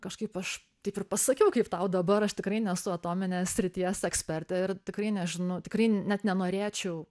kažkaip aš taip ir pasakiau kaip tau dabar aš tikrai nesu atominės srities ekspertė ir tikrai nežinau tikrai net nenorėčiau